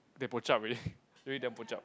they bo chup already really damn bo chup